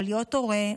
או להיות הורה,